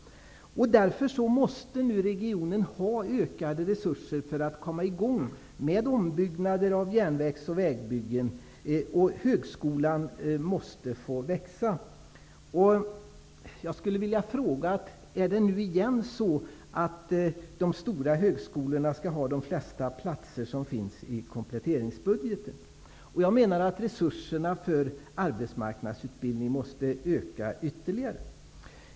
Därför måste regionen få ökade resurser för att komma i gång med ombyggnader av järnvägar och vägar, och högskolan måste växa. Resurserna för arbetsmarknadsutbildning måste öka ytterligare.